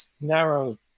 narrow